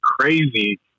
crazy